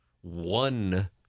one